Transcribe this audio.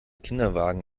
kinderwagen